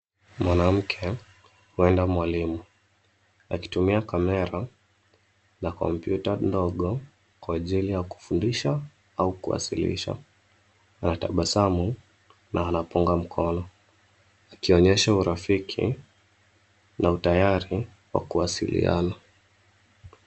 Mwanamke, huenda mwalimu akitumia kamera ya kompyuta ndogo kwa ajili ya kufundisha au kuwasilisha. Anatabasmau na anafunga mkono ,akionyesha urafiki na utayari wa kuwasiliana.